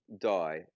die